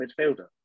midfielder